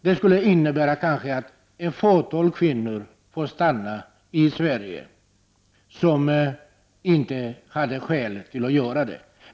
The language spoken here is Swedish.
Det skulle innebära att kanske ett fåtal kvinnor får stanna i Sverige som inte har skäl till det.